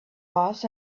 was